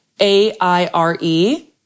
A-I-R-E